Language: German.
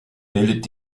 bildet